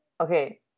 okay